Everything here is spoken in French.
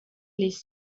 les